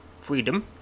freedom